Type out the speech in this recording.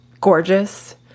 gorgeous